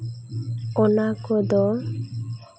ᱚᱱᱟ ᱠᱚᱫᱚ